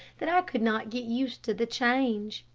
that i could not get used to the change.